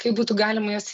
kaip būtų galima juos